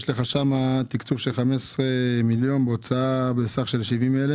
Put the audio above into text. שם יש לך תקצוב של 15 מיליון בהוצאה וסך של 70,000